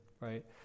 right